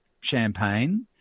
champagne